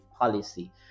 policy